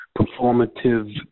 performative